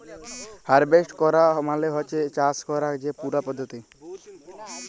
harvest ক্যরা মালে হছে চাষ ক্যরার যে পুরা পদ্ধতি